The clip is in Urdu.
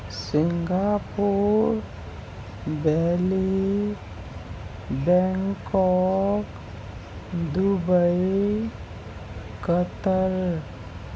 Singapore Delhi Bangkok Dubai Qatar